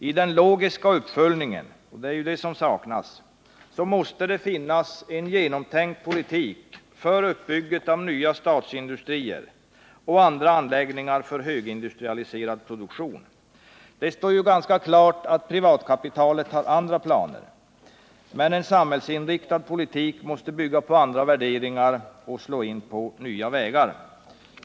I den logiska uppföljningen — det är ju den som saknas — måste finnas en genomtänkt politik för uppbyggnaden av nya statsindustrier och andra anläggningar för högindustrialiserad produktion. Det står klart att privatkapitalet har andra planer. En samhällsinriktad politik måste bygga på andra värderingar och slå in på nya vägar.